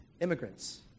immigrants